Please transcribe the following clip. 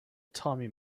tommy